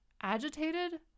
agitated